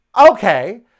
Okay